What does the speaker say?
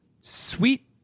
sweet